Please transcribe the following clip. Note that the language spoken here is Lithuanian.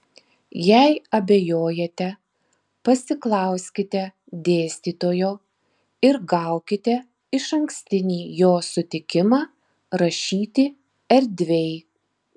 jei abejojate pasiklauskite dėstytojo ir gaukite išankstinį jo sutikimą rašyti erdviai